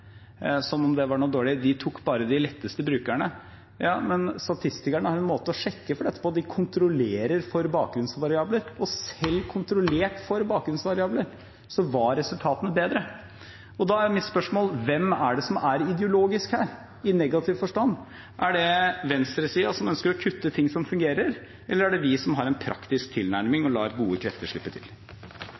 som om det var noe dårlig, tok bare de letteste brukerne. Ja, men statistikerne har en måte å sjekke det på. De kontrollerer for bakgrunnsvariabler. Og selv kontrollert for bakgrunnsvariabler var resultatene bedre. Da er mitt spørsmål: Hvem er det som er ideologisk her i negativ forstand? Er det venstresiden, som ønsker å kutte ting som fungerer, eller er det vi, som har en praktisk tilnærming og lar gode krefter slippe til?